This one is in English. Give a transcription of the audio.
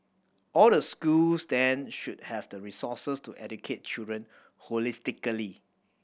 all the schools then should have the resources to educate children holistically